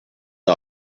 the